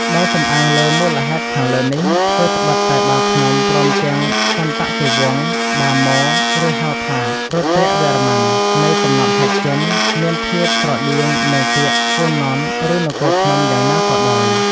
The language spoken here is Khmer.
ដោយសំអាងលើមូលហេតុខាងលើនេះ ថ្វីត្បិត តែ បាភ្នំ ព្រមទាំងសន្តតិវង្ស បាម៉ូ (ឬហៅថា រុទ្រ្ទវរ្ម័ន) នៃកំណត់ហេតុចិន មានភាពស្រដៀងនឹង ពាក្យ ហ្វូ ណន ឬ នគរភ្នំ យ៉ាងណាក៏ដោយ ។